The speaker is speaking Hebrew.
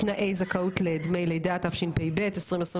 תנאי זכאות לדמי לידה), התשפ"ב-2021,